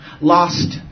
lost